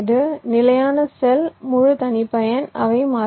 நிலையான செல் முழு தனிப்பயன் அவை மாறக்கூடியவை